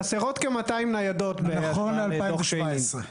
חסרות כ-200 ניידות בהשוואה לדוח שיינין.